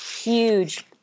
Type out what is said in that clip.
huge